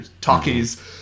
talkies